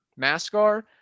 Mascar